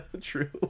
True